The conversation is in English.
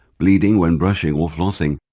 bleeding when brushing or flossing.